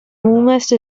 almost